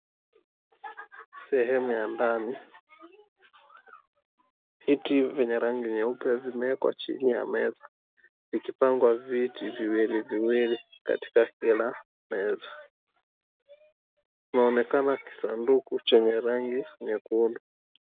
Sehemu ya ndani, viti vyenye rangi nyeupe vimewekwa chini ya meza vikipangwa viti viwili viwili katika kila meza. Kunaonekana kisanduku chenye rangi nyekundu.